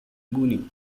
mooney